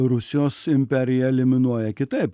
rusijos imperija eliminuoja kitaip